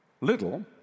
little